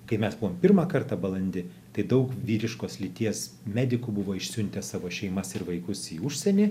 kai mes buvom pirmą kartą balandį tai daug vyriškos lyties medikų buvo išsiuntę savo šeimas ir vaikus į užsienį